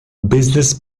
business